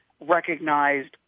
recognized